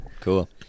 Cool